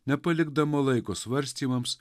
nepalikdama laiko svarstymams